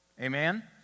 Amen